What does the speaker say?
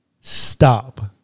Stop